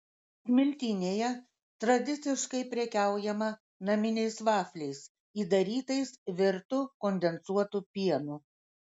smiltynėje tradiciškai prekiaujama naminiais vafliais įdarytais virtu kondensuotu pienu